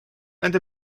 and